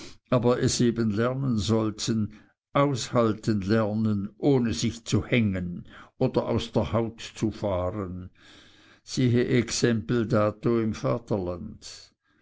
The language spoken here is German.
aber es eben lernen sollten aushalten lernen ohne sich zu hängen und aus der haut zu fahren siehe exempel dato im vaterland